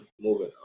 Moving